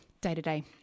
day-to-day